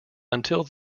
until